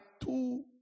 two